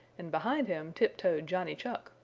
and behind him tip-toed johnny chuck,